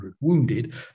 wounded